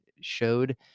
showed